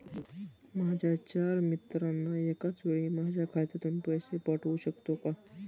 माझ्या चार मित्रांना एकाचवेळी माझ्या खात्यातून पैसे पाठवू शकतो का?